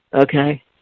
Okay